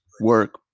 work